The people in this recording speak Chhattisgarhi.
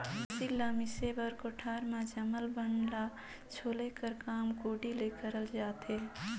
फसिल ल मिसे बर कोठार मे जामल बन मन ल छोले कर काम कोड़ी ले करल जाथे